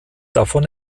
davon